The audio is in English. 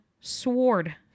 sword